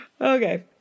Okay